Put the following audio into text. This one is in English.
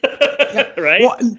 Right